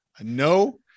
No